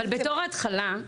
אבל בתור ההתחלה,